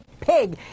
pig